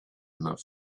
enough